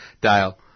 Dale